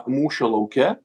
mūšio lauke